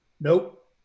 Nope